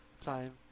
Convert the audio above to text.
time